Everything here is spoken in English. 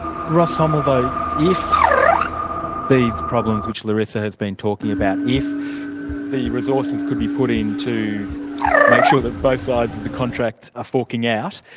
ross homel, though, if these problems which larissa has been talking about, if the resources could be put in to make sure that both sides of the contracts are forking out,